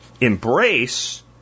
Embrace